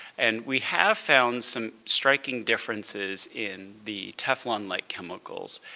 and we have found some striking differences in the teflon-like chemicals,